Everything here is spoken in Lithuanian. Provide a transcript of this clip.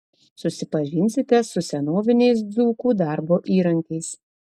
susipažinsite su senoviniais dzūkų darbo įrankiais